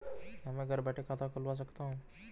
क्या मैं घर बैठे खाता खुलवा सकता हूँ?